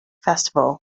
festival